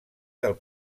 del